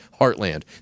heartland